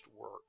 work